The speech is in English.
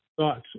thoughts